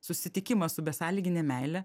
susitikimas su besąlygine meile